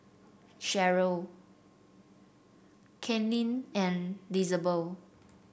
Cherrie Kaitlynn and Lizabeth